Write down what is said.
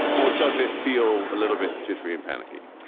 or does it feel a little bit jittery and panicky?